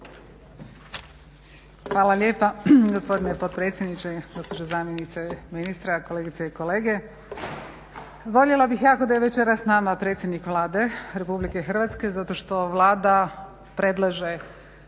Hvala lijepa gospodine potpredsjedniče, gospođo zamjenice ministra, kolegice i kolege. Voljela bih jako da je večeras s nama predsjednik Vlade Republike Hrvatske zato što Vlada predlaže